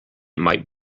might